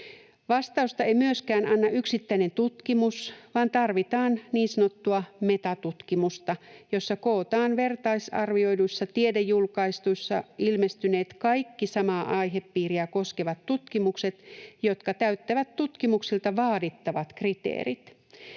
Vastausta ei myöskään anna yksittäinen tutkimus, vaan tarvitaan niin sanottua metatutkimusta, jossa kootaan kaikki vertaisarvioiduissa tiedejulkaisuissa ilmestyneet, samaa aihepiiriä koskevat tutkimukset, jotka täyttävät tutkimuksilta vaadittavat kriteerit.